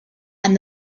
and